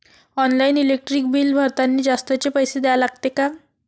Online electric bill भरतानी जास्तचे पैसे द्या लागते का?